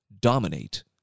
Dominate